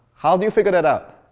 how do you figure that? um